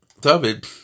David